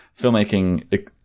filmmaking